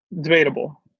debatable